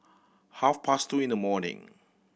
half past two in the morning